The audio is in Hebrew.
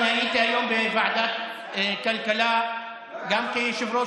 אני הייתי היום בוועדת כלכלה גם כיושב-ראש